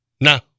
No